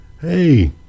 hey